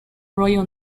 royal